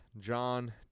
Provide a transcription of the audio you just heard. John